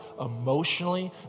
emotionally